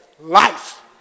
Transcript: life